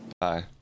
Bye